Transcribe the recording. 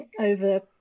over